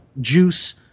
juice